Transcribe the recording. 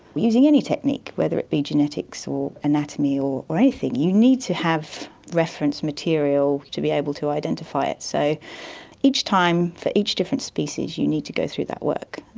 using any technique, whether it be genetics or anatomy or anything, you need to have reference material to be able to identify it. so each time for each different species you need to go through that work.